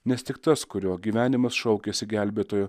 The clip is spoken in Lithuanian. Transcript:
nes tik tas kurio gyvenimas šaukiasi gelbėtojo